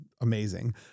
amazing